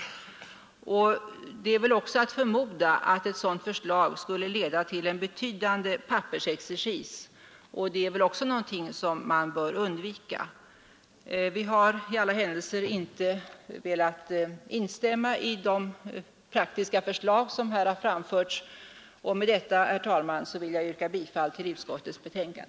och rättspsykiatriskt Och det är väl också att förmoda att genomförandet av ett sådant förslag — utlåtande vid huvudskulle leda till en betydande pappersexercis, vilket bör undvikas. förhandling i Vi har i alla händelser inte velat instämma i det praktiska förslag som brottmål här har framförts, och med detta, herr talman, vill jag yrka bifall till utskottets hemställan.